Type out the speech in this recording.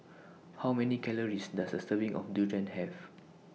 How Many Calories Does A Serving of Durian Have